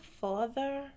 father